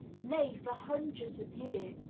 nay, for hundreds of years,